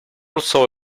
also